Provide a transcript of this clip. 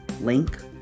link